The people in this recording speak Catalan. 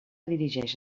dirigeix